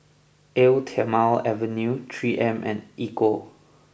Eau Thermale Avene Three M and Ecco